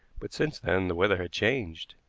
but since then the weather had changed.